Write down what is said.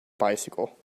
bicycle